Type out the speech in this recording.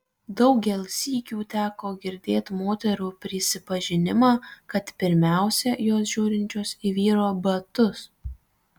daugel sykių teko girdėt moterų prisipažinimą kad pirmiausia jos žiūrinčios į vyro batus